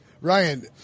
Ryan